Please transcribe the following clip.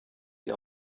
die